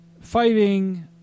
fighting